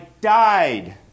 died